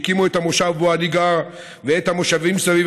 שהקימו את המושב שבו אני גר ואת המושבים סביב,